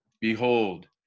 Behold